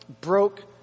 broke